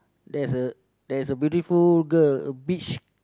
there's a there's a beautiful girl beach